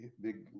big